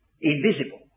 Invisible